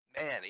man